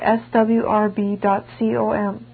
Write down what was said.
swrb.com